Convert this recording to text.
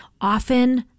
Often